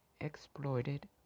exploited